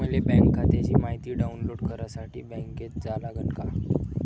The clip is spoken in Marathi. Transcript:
मले बँक खात्याची मायती डाऊनलोड करासाठी बँकेत जा लागन का?